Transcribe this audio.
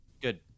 Good